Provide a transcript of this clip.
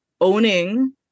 owning